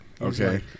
Okay